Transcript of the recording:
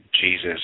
Jesus